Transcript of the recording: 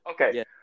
Okay